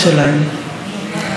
השיסוי,